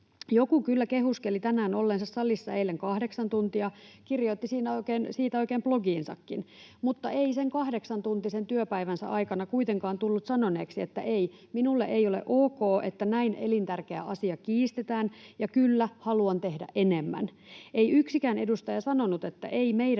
Joku kyllä kehuskeli tänään olleensa salissa eilen kahdeksan tuntia, kirjoitti siitä oikein blogiinsakin mutta ei sen kahdeksantuntisen työpäivänsä aikana kuitenkaan tullut sanoneeksi, että ei, minulle ei ole ok, että näin elintärkeä asia kiistetään, ja kyllä, haluan tehdä enemmän. Ei yksikään edustaja sanonut, että ei meidän